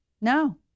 No